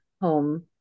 home